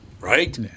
right